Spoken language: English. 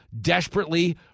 desperately